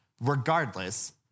Regardless